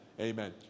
Amen